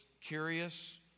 curious